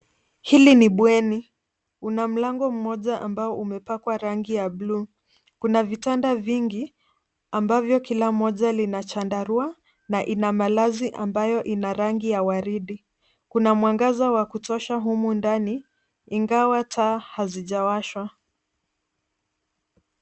Hili ni bweni. Kuna mlango mmoja ambao umepakwa rangi ya bluu. Kuna vitanda vingi ambavyo kila moja lina chandarua na ina malazi ambayo ina rangi ya waridi. Kuna mwangaza wa kutosha humu ndani, ingawa taa hazijawashwa